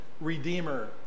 redeemer